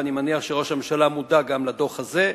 ואני מניח שראש הממשלה מודע גם לדוח הזה,